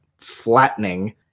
flattening